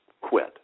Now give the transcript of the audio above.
quit